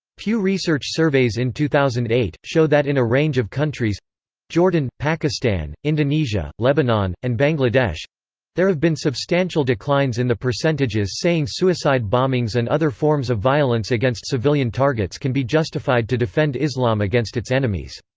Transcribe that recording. pew research surveys in two thousand and eight, show that in a range of countries jordan, pakistan, indonesia, lebanon, and bangladesh there have been substantial declines in the percentages saying suicide-bombings and other forms of violence against civilian targets can be justified to defend islam against its enemies.